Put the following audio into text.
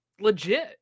legit